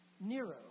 Nero